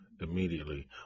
immediately